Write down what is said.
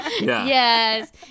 Yes